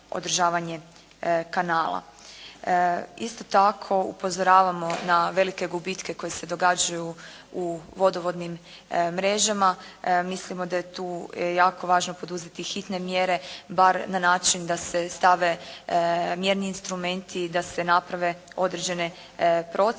Isto tako upozoravamo na velike gubitke koji se događaju u vodovodnim mrežama, mislimo da je tu jako važno poduzetu hitne mjere, bar na način da se stave mjerni instrumenti i da se naprave određene procjene